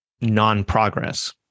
non-progress